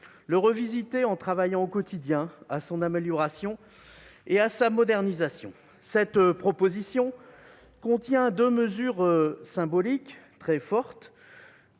la française en travaillant au quotidien à son amélioration et à sa modernisation. Cette proposition contient deux mesures symboliques très fortes